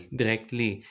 directly